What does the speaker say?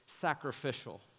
sacrificial